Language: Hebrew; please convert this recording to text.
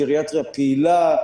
גריאטריה פעילה,